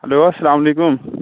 hello اَلسلام علیکُم